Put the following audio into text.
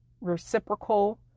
reciprocal